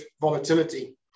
volatility